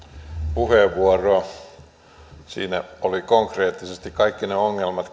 puheenvuoroa siinä oli konkreettisesti kaikki ne ongelmat